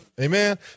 Amen